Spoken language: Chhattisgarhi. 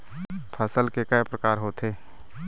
फसल के कय प्रकार होथे?